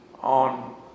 on